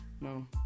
No